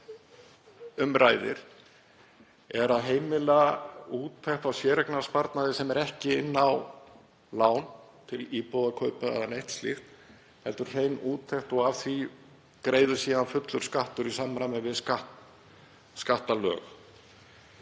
hér um ræðir heimilar úttekt á séreignarsparnaði sem er ekki inn á lán, til íbúðakaupa eða neitt slíkt heldur hrein úttekt. Af því greiðist síðan fullur skattur í samræmi við skattalög.